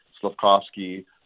Slavkovsky –